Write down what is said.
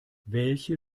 welche